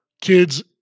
Kids